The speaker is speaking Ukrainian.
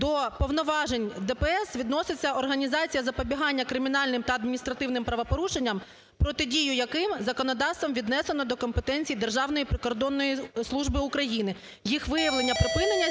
до повноважень ДПС відноситься організація запобігання кримінальним та адміністративним правопорушенням, протидію яким законодавством віднесено до компетенції Державної прикордонної служби України, їх виявлення, припинення, здійснення